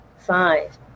Five